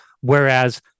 whereas